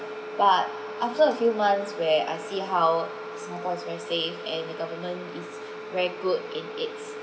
but after a few months where I see how singapore is very safe and the government is very good in it's